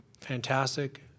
fantastic